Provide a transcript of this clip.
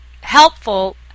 helpful